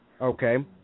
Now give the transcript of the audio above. Okay